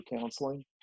counseling